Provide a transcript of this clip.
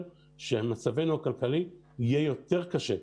כשמצבנו הכלכלי יהיה יותר קשה.